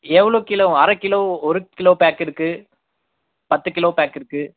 எவ்வளோ கிலோ அரை கிலோ ஒரு கிலோ பேக் இருக்கு பத்து கிலோ பேக் இருக்கு